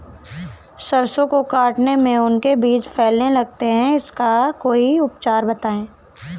सरसो को काटने में उनके बीज फैलने लगते हैं इसका कोई उपचार बताएं?